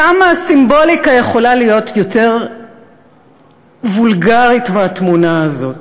כמה סימבוליקה יכולה להיות יותר וולגרית מהתמונה הזאת?